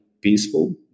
peaceful